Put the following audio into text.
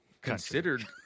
considered